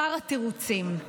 שר התירוצים.